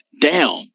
down